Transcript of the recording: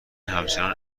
همچنان